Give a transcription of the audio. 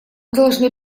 должны